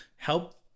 help